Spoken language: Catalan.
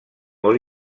molt